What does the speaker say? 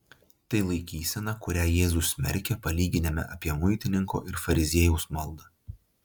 tai laikysena kurią jėzus smerkia palyginime apie muitininko ir fariziejaus maldą